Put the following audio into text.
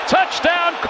Touchdown